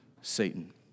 Satan